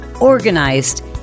organized